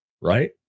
Right